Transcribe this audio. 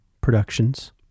productions